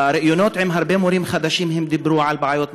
בראיונות עם הרבה מורים חדשים הם דיברו על בעיות משמעת,